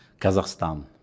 Kazakhstan